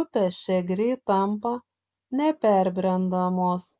upės čia greit tampa neperbrendamos